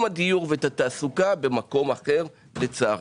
הדיור ואת התעסוקה במקום אחר לצערי.